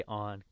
on